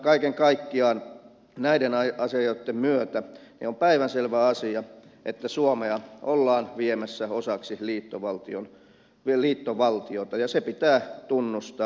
kaiken kaikkiaan näiden asioiden myötä on päivänselvä asia että suomea ollaan viemässä osaksi liittovaltiota ja se pitää tunnustaa